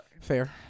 Fair